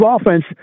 offense